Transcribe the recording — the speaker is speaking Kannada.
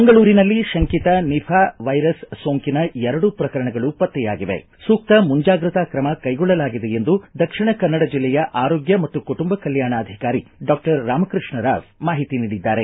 ಮಂಗಳೂರಿನಲ್ಲಿ ಶಂಕಿತ ನಿಫಾ ವೈರಸ್ ಸೋಂಕಿನ ಎರಡು ಪ್ರಕರಣಗಳು ಪತ್ತೆಯಾಗಿವೆ ಸೂಕ್ತ ಮುಂಜಾಗ್ರತಾ ಕ್ರಮ ಕೈಗೊಳ್ಳಲಾಗಿದೆ ಎಂದು ದಕ್ಷಿಣ ಕನ್ನಡ ಜಿಲ್ಲೆಯ ಆರೋಗ್ಯ ಮತ್ತು ಕುಟುಂಬ ಕಲ್ಕಾಣಾಧಿಕಾರಿ ಡಾಕ್ಟರ್ ರಾಮಕೃಷ್ಟರಾವ್ ಮಾಹಿತಿ ನೀಡಿದ್ದಾರೆ